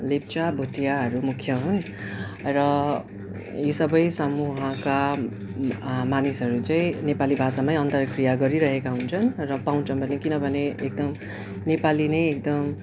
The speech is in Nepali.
लेप्चा भुटियाहरू मुख्य हुन् र यी सबै समूहका मानिसहरू चाहिँ नेपाली भाषामै अन्तर्क्रिया गरिरहेका हुन्छन् र पाउँछौँ पनि किनभने एकदम नेपाली नै एकदम